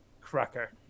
cracker